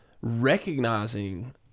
recognizing